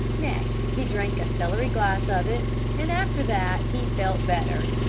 next he drank a celery-glass of it, and after that he felt better.